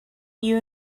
you